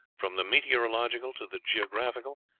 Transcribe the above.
from the meteorological to the geographical,